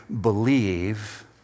believe